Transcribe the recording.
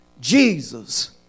Jesus